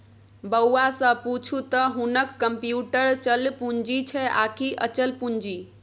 बौआ सँ पुछू त हुनक कम्युटर चल पूंजी छै आकि अचल पूंजी